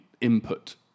input